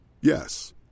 Yes